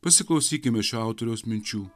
pasiklausykime šio autoriaus minčių